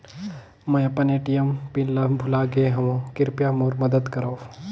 मैं अपन ATM pin ल भुला गे हवों, कृपया मोर मदद करव